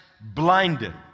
blinded